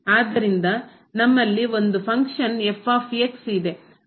ಆದ್ದರಿಂದ ನಮ್ಮಲ್ಲಿ ಒಂದು ಫಂಕ್ಷನ್ ಇದೆ